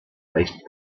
leicht